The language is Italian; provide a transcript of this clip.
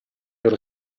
per